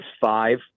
five